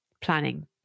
planning